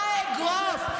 מה האגרוף?